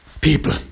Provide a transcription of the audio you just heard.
people